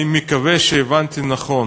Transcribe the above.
אני מקווה שהבנתי נכון,